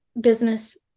business